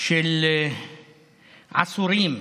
של עשורים